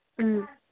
ꯎꯝ